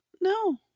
no